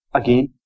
again